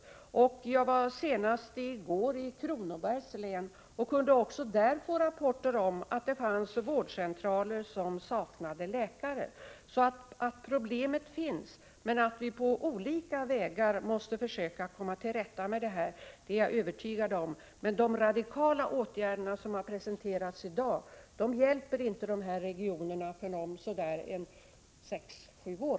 Senast i går var jag i Kronobergs län och fick rapporter om att det också där fanns vårdcentraler som saknade läkare. Jag är alltså övertygad om att problemen finns och att vi på olika vägar måste söka komma till rätta med dem. Men de s.k. radikala åtgärder som har presenterats i dag hjälper inte de här regionerna förrän om kanske sex sju år.